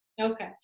Okay